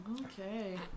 Okay